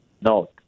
no